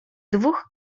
dwóch